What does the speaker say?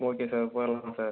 okay sir போயிரலாங்க sir